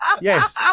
Yes